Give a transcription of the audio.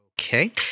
Okay